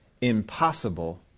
impossible